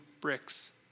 bricks